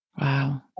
Wow